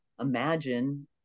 imagine